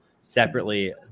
separately